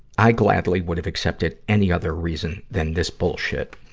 i gladly would have accepted any other reason than this bullshit.